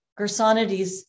Gersonides